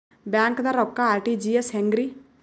ಬ್ಯಾಂಕ್ದಾಗ ರೊಕ್ಕ ಆರ್.ಟಿ.ಜಿ.ಎಸ್ ಹೆಂಗ್ರಿ?